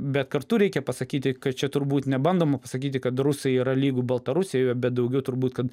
bet kartu reikia pasakyti kad čia turbūt nebandoma sakyti kad rusai yra lygu baltarusiai bet daugiau turbūt kad